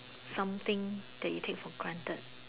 something that you take for granted